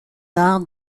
arts